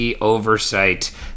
oversight